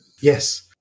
Yes